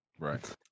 Right